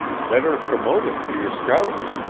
better promote him to your scouts.